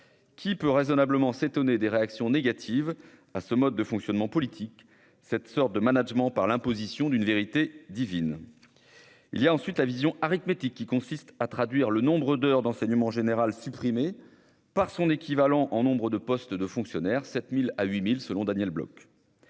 Qui peut raisonnablement s'étonner des réactions négatives qui escortent ce mode de fonctionnement politique, cette forme de management par imposition d'une vérité divine ? Il y a la vision arithmétique, qui consiste à traduire le nombre d'heures d'enseignement général supprimées par son équivalent en nombre de postes de fonctionnaires, 7 000 à 8 000 selon Daniel Bloch,